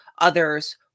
others